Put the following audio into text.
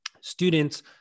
Students